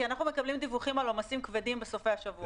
כי אנחנו מקבלים דיווחים על עומסים כבדים בסופי השבוע.